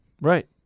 Right